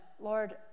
Lord